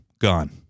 Gone